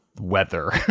weather